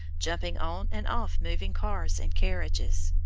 jumping on and off moving cars and carriages,